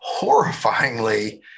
horrifyingly